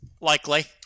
Likely